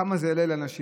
כמה זה יעלה לאנשים.